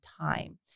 time